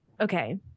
okay